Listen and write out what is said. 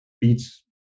beats